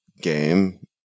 game